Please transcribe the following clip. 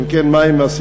2. אם כן, מה הן הסיבות?